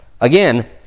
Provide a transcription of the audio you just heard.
Again